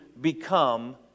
become